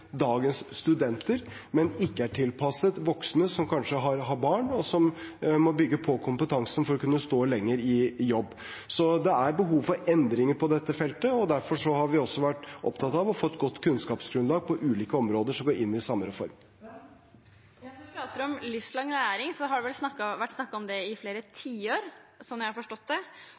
dagens studenter, men ikke tilpasset voksne som kanskje har barn, og som må bygge på kompetansen for å kunne stå lenger i jobb. Det er behov for endringer på dette feltet. Derfor har vi også vært opptatt av å få et godt kunnskapsgrunnlag på ulike områder som går inn i samme reform. Når vi prater om livslang læring, har det vært snakket om det i flere tiår, sånn jeg har forstått det.